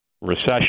recession